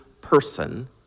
person